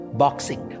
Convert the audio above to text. boxing